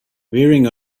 rearing